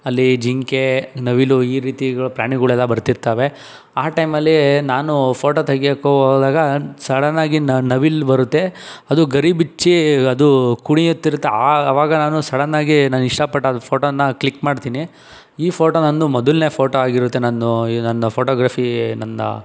ಅಲ್ಲಿ ಜಿಂಕೆ ನವಿಲು ಈ ರೀತಿಗೆ ಪ್ರಾಣಿಗಳೆಲ್ಲ ಬರ್ತಿರ್ತಾವೆ ಆ ಟೈಮಲ್ಲಿ ನಾನು ಫೋಟೋ ತೆಗಿಯೋಕ್ಕೆ ಹೋದಾಗ ಸಡನ್ನಾಗಿ ನವಿಲು ಬರತ್ತೆ ಅದು ಗರಿ ಬಿಚ್ಚಿ ಅದು ಕುಣಿಯುತ್ತಿರುತ್ತೆ ಆವಾಗ ನಾನು ಸಡನ್ನಾಗಿ ನಾನು ಇಷ್ಟ ಪಟ್ಟದ್ರು ಫೋಟೋನ ಕ್ಲಿಕ್ ಮಾಡ್ತೀನಿ ಈ ಫೋಟೋ ನಂದು ಮೊದಲ್ನೇ ಫೋಟೋ ಆಗಿರುತ್ತೆ ನಾನು ನನ್ನ ಫೋಟೋಗ್ರಫಿ ನನ್ನ